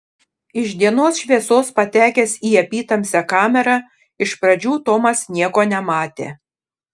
iš dienos šviesos patekęs į apytamsę kamerą iš pradžių tomas nieko nematė